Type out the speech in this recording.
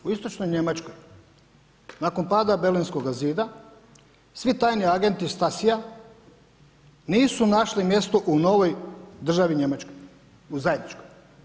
U istočnoj Njemačkoj nakon pada Berlinskoga zida svi tajni agenti Stasija nisu našli mjesto u novoj državi Njemačkoj, u zajedničkoj.